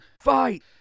Fight